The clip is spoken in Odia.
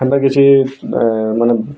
ହେନ୍ତା କିଛି ମାନେ